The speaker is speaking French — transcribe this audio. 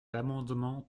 amendement